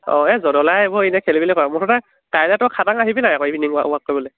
অঁ এই জদলাই এইবোৰ এনেই খেলি মেলি কৰে মুঠতে কাইলৈ তই খাটাং আহিবি নাই আকৌ ইভনিং ৱা ৱাক কৰিবলৈ